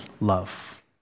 love